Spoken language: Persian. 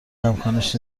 امکانش